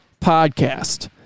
Podcast